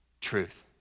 truth